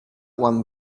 one